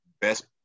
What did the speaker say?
best